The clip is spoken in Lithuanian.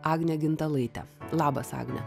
agne gintalaite labas agne